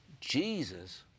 Jesus